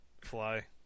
Fly